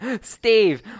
Steve